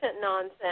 nonsense